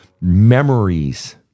memories